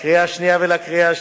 לקריאה שנייה ולקריאה שלישית.